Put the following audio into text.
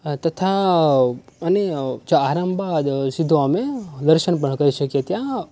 તથા અને ચ આરામ બાદ સીધો અમે દર્શન પણ કરી શકીએ ત્યાં